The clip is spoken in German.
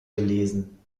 gelesen